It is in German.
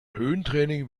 höhentraining